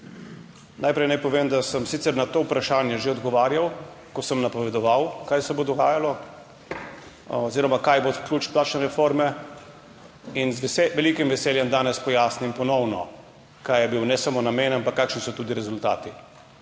Najprej naj povem, da sem sicer na to vprašanje že odgovarjal, ko sem napovedoval, kaj se bo dogajalo oziroma kaj bo ključ plačne reforme. In z velikim veseljem danes pojasnim ponovno, kaj je bil ne samo namen, ampak kakšni so tudi rezultati.